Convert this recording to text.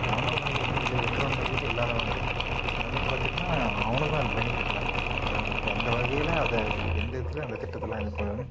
அது அவனுக்கும் கிடைக்கிது இல்லை இருக்கிறவனுக்கும் கிடைக்கிது இல்லாதவனுக்கும் கிடைக்கிது அது மாதிரி பார்த்துட்னா அவனுக்கும் அது பெனிஃபிட்டு தான் அது கு அந்த வகையில் அதை எந்த இடத்துலயும் அந்த திட்டத்தை எல்லாம்